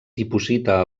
diposita